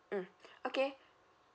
mm okay